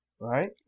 Right